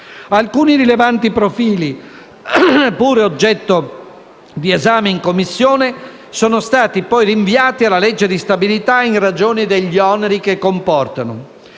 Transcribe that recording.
Alcuni rilevanti profili, pure oggetto di esame in Commissione, sono stati poi rinviati alla legge di stabilità in ragione degli oneri che comportano.